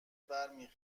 برمی